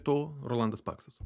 to rolandas paksas